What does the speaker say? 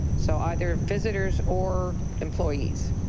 so either visitors or employees.